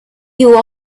you